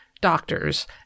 doctors